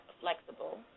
flexible